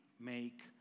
make